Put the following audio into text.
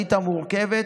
העובדתית המורכבת,